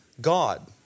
God